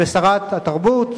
ושרת התרבות,